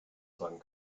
sagen